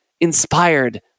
inspired